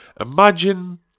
imagine